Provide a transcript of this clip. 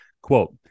quote